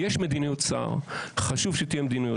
יש מדיניות שר, חשוב שתהיה מדיניות שר.